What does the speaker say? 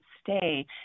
stay